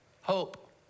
hope